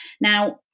Now